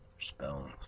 spells